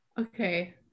Okay